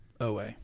OA